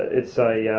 it's a